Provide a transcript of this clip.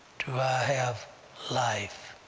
do i have life?